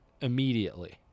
immediately